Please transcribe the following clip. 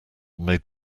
made